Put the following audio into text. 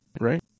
right